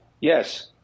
Yes